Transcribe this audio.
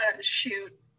shoot